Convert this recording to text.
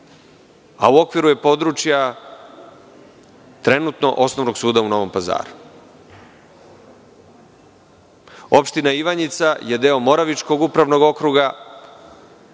a u okviru je područja trenutno osnovnog suda u Novom Pazaru. Opština Ivanjica je deo Moravičkog upravnog okruga,